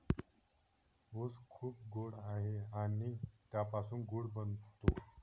ऊस खूप गोड आहे आणि त्यापासून गूळ बनतो